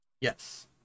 Yes